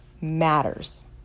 matters